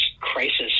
crisis